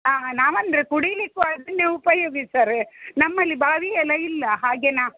ಹಾಂ ನಾವು ಅಂದರೆ ಕುಡಿಲಿಕ್ಕು ಅದನ್ನೆ ಉಪಯೋಗಿಸ್ತಾರೆ ನಮ್ಮಲ್ಲಿ ಬಾವಿಯೆಲ್ಲ ಇಲ್ಲ ಹಾಗೆ ನಾ